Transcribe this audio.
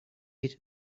geht